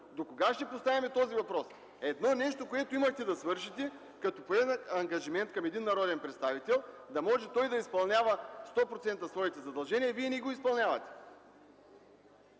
докога ще поставяме този въпрос?! Едно нещо, което имахте да свършите, като се поеме ангажимент към един народен представител, да може той да изпълнява 100% своите задължения и вие не го изпълнявате.